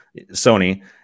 Sony